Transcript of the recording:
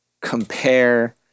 compare